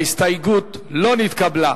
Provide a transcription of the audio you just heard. ההסתייגות לא נתקבלה.